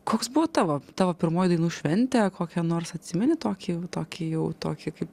koks buvo tavo tavo pirmoji dainų šventė kokią nors atsimeni tokį tokį jau tokį kaip